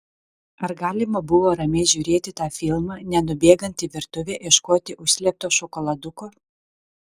ar galima buvo ramiai žiūrėti tą filmą nenubėgant į virtuvę ieškoti užslėpto šokoladuko